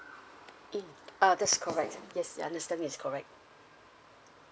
mm uh that's correct yes your understanding is correct